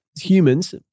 humans